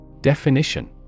Definition